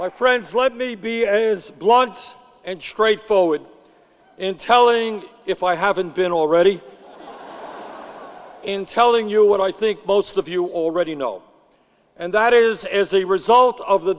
my friends let me be is once and straightforward in telling if i haven't been in telling you what i think most of you already know and that is as a result of the